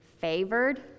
favored